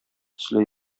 төсле